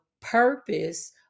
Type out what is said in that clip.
purpose